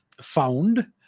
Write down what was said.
found